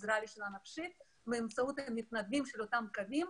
עזרה ראשונה נפשית באמצעות מתנדבים של אותם קווים.